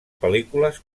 pel·lícules